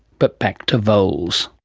but back to voles.